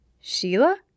Sheila